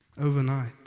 overnight